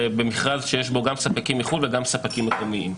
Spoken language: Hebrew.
במכרז שיש בו גם ספקים מחו"ל וגם ספקים מקומיים.